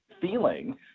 feeling